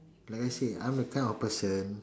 like I said I'm the kind of person